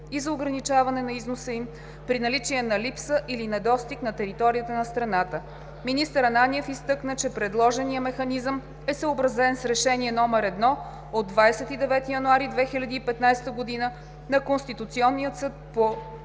и за ограничаване на износа им при наличие на липса или недостиг на територията на страната. Министър Ананиев изтъкна, че предложеният механизъм е съобразен с Решение № 1 от 29 януари 2015 г. на Конституционния съд по